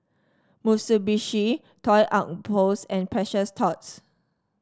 Mitsubishi Toy Outpost and Precious Thots